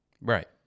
Right